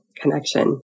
connection